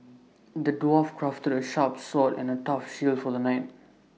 the dwarf crafted A sharp sword and A tough shield for the knight